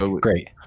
Great